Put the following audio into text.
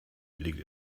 liegt